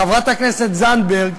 לחברת הכנסת זנדברג,